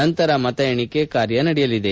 ನಂತರ ಮತ ಎಣಿಕೆ ಕಾರ್ತ ನಡೆಯಲಿದೆ